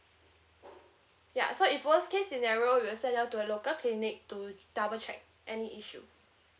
ya so if worst case scenario we'll send you all to a local clinic to double check any issue